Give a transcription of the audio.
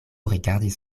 rigardis